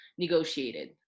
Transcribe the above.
negotiated